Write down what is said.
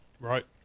Right